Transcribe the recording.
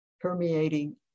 permeating